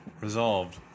resolved